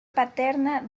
paterna